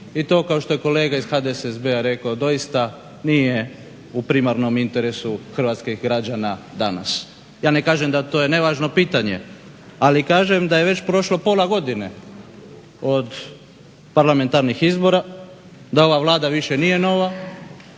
i to kao što je kolega iz HDSSB-a rekao doista nije u primarnom interesu hrvatskih građana danas. Ja ne kažem da to je nevažno pitanje, ali kažem da je već prošlo pola godine od parlamentarnih izbora, da ova Vlada više nije nova